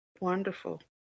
wonderful